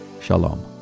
Shalom